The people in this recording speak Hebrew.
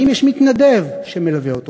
והנה, יש מתנדב שמלווה אותו.